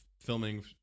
filming